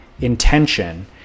intention